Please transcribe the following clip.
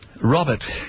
Robert